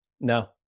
No